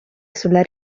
sulla